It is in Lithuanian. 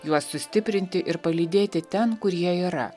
juos sustiprinti ir palydėti ten kur jie yra